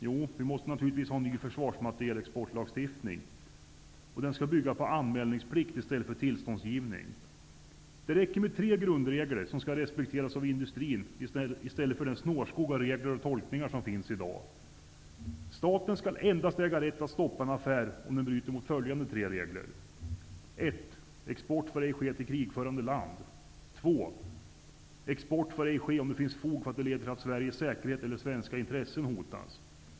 Jo, vi måste ha en ny försvarsmaterielexportlagstiftning, som bygger på anmälningsplikt i stället för tillståndsgivning. Det räcker med tre grundregler som skall respekteras av industrin i stället för den snårskog av regler och tolkningar som finns i dag. Staten skall äga rätt att stoppa en affär endast om den bryter mot följande tre regler: 2. Export får ej ske om det finns fog för att det leder till att Sveriges säkerhet eller svenska intressen hotas.